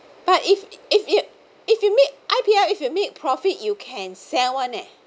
but if if you if you make I_P_L if you make profit you can send one eh